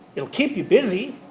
it'll keep you busy.